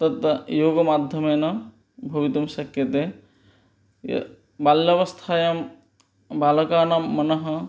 तत् योगमाध्यमेन भवितुं शक्यते बाल्यावस्थायां बालकानां मनः